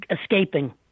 escaping